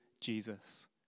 Jesus